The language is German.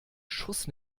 schuss